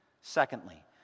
Secondly